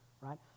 right